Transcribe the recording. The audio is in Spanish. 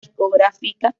discográfica